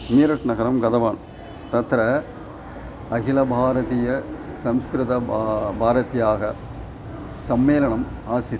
मीरट्नगरं गतवान् तत्र अखिल भारतीय संस्कृतभारत्याः सम्मेलनम् आसीत्